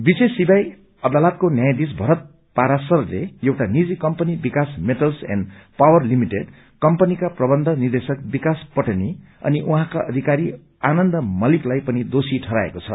विश्वेष सीबीआइ अदातलका न्यायाधीश भरत पाराशरले एउटा निजी company Vikas metals and power limited कम्पनीका प्रबन्ध निदेशक विकास पटनी अनि उझँका अधिकारी आनन्द मलिकलाई पनि दोषी ठहराएको छ